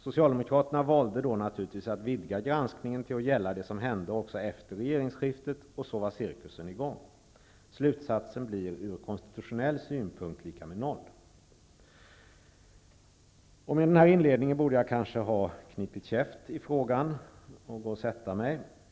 Socialdemokraterna valde då, naturligtvis, att vidga granskningen till att gälla också det som hände efter regeringsskiftet, och sedan var cirkusen i gång. Slutsatsen blir från konstitutionell synpunkt plus minus noll. Efter denna inledning borde jag kanske ''knipa käft'' i frågan och gå och sätta mig.